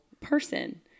person